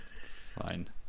Fine